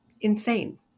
insane